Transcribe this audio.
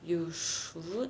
you should